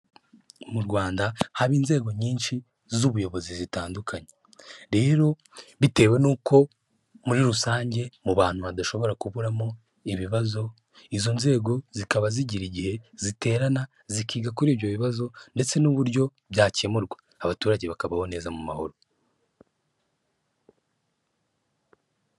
Mu Rwanda haba inzego nyinshi z'ubuyobozi zitandukanye, rero bitewe n'uko muri rusange mu bantu badashobora kuburamo ibibazo, izo nzego zikaba zigira igihe ziterana zikiga kuri ibyo bibazo, ndetse n'uburyo byakemurwa abaturage bakabaho neza mu mahoro.